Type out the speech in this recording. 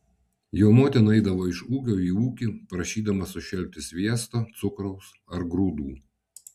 jo motina eidavo iš ūkio į ūkį prašydama sušelpti sviesto cukraus ar grūdų